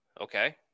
Okay